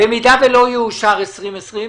ואם לא יאושר תקציב ל-2020?